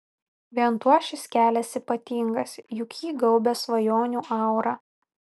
vien tuo šis kelias ypatingas juk jį gaubia svajonių aura